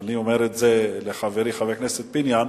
אני אומר את זה לחברי חבר הכנסת פיניאן,